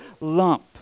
lump